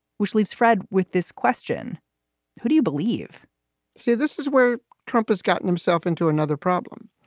which leaves fred with this question who do you believe yeah this is where trump has gotten himself into another problem?